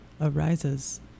arises